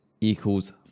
equals